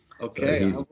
Okay